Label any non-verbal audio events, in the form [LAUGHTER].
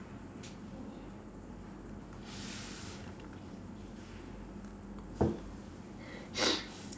[NOISE]